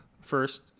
first